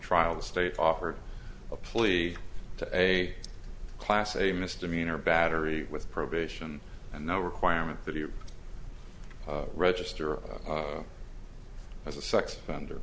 trial the state offered a plea to a class a misdemeanor battery with probation and no requirement that he register as a sex offender